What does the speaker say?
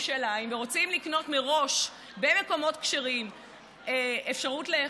בירושלים ורוצים לקנות מראש במקומות כשרים אפשרות לאכול,